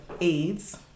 AIDS